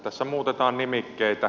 tässä muutetaan nimikkeitä